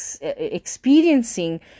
experiencing